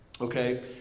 Okay